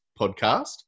podcast